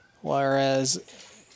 Whereas